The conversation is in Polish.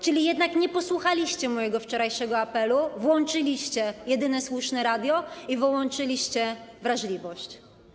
Czyli jednak nie posłuchaliście mojego wczorajszego apelu, włączyliście jedyne słuszne radio i wyłączyliście wrażliwość.